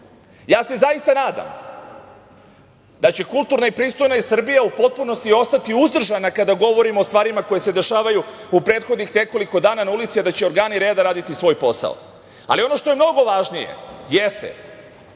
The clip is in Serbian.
se zaista nadam da će kulturna i pristojna Srbija u potpunosti ostati uzdržana kada govorimo o stvarima koje se dešavaju u prethodnih nekoliko dana na ulici, a da će organi reda raditi svoj posao. Ali, ono što je mnogo važnije jeste